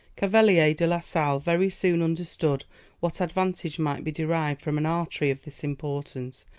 cavelier de la sale very soon understood what advantage might be derived from an artery of this importance,